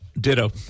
Ditto